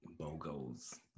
Bogos